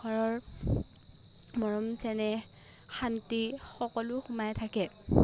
ঘৰৰ মৰম চেনেহ শান্তি সকলো সোমাই থাকে